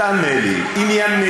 תענה לי עניינית.